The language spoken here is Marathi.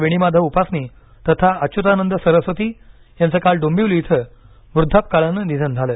वेणीमाधव उपासनी तथा अच्युतानंद सरस्वती यांचं काल डोंबिवली इथं वृद्धापकाळानं निधन झालं